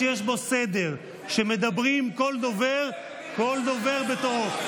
זה פרלמנט שיש בו סדר, שבו כל דובר מדבר בתורו.